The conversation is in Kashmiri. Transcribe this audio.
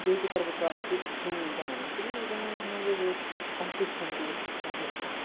بیٚیہِ تہِ کَرٕ بہٕ کَتھ کہِ پرٛون زَمانہٕ پرٛٲنِس زَمانَس منٛز حظ اوس کَمپِٹشَن تہِ اوس واریاہ کَم